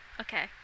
Okay